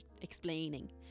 explaining